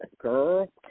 girl